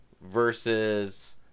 versus